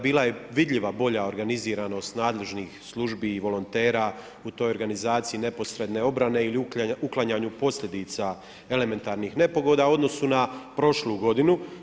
Bila je vidljiva bolja organiziranost nadležnih službi i volontera u toj organizaciji neposredne obrane ili uklanjanju posljedica elementarnih nepogoda u odnosu na prošlu godinu.